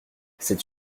c’est